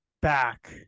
back